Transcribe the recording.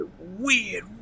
weird